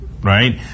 right